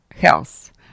health